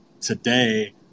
today